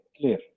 Clear